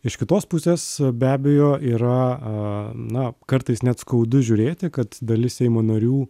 iš kitos pusės be abejo yra a na kartais net skaudu žiūrėti kad dalis seimo narių